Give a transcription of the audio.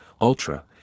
Ultra